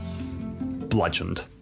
bludgeoned